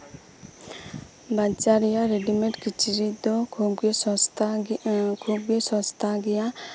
ᱵᱟᱡᱟᱨ ᱨᱮᱭᱟᱜ ᱨᱮᱰᱤᱢᱮᱴ ᱠᱤᱪᱨᱤᱪ ᱫᱚ ᱠᱷᱩᱵᱜᱮ ᱥᱚᱥᱛᱟ ᱜᱮᱭᱟ ᱠᱷᱩᱵᱜᱮ ᱥᱚᱥᱛᱟ ᱜᱮᱭᱟ